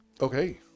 Okay